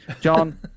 John